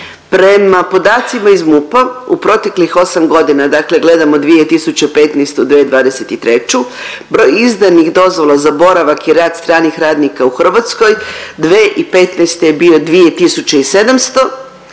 Prema podacima iz MUP-a u proteklih 8.g., dakle gledamo 2015.-2023., broj izdanih dozvola za boravak i rad stranih radnika u Hrvatskoj 2015. je bio 2.700,